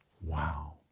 Wow